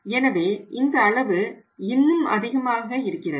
எனவே இந்த அளவு இன்னும் அதிகமாக இருக்கிறது